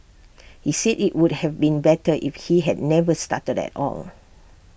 he said IT would have been better if he had never started at all